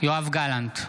יואב גלנט,